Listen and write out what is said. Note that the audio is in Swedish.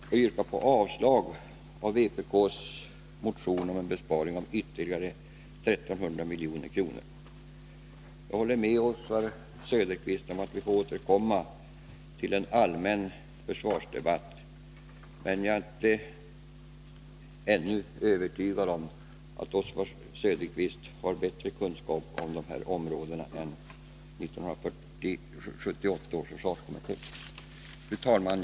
Jag yrkar avslag på vpk:s motion om en besparing på ytterligare 1 300 milj.kr. Jag håller med Oswald Söderqvist om att vi får återkomma till en allmän försvarsdebatt. Men jag är inte övertygad om att han har bättre kunskaper på detta område än 1978 års försvarskommitté. Fru talman!